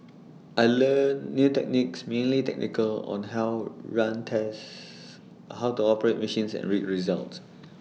I learnt new techniques mainly technical on how run tests how to operate machines and read results